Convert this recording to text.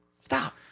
Stop